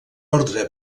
ordre